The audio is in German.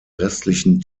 restlichen